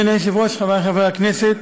אדוני היושב-ראש, חברי חברי הכנסת,